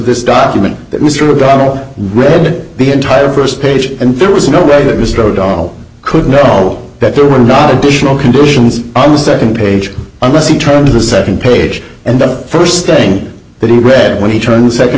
this document that was true donal read the entire first page and there was no way that mr o'donnell could know that there were not additional conditions on the second page unless he turned to the second page and the first thing that he read when he turned the second